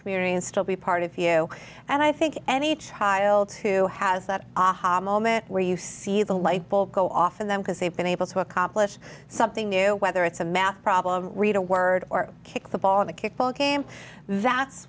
community and still be part of you and i think any child who has that aha moment where you see the light bulb go off and then because they've been able to accomplish something new whether it's a math problem read a word or kick the ball in the kickball game that's